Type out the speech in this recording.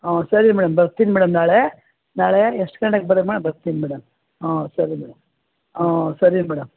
ಹ್ಞೂ ಸರಿ ಮೇಡಮ್ ಬರ್ತೀನಿ ಮೇಡಮ್ ನಾಳೆ ನಾಳೆ ಎಷ್ಟು ಗಂಟೆಗೆ ಬರೋದು ಮೇಡಮ್ ಬರ್ತೀನಿ ಮೇಡಮ್ ಹ್ಞೂ ಸರಿ ಮೇಡಮ್ ಹ್ಞೂ ಸರಿ ಮೇಡಮ್